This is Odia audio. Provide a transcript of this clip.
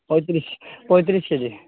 ପଇଁତିରିଶ ପଇଁତିରିଶ କେ ଜି